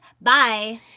Bye